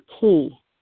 key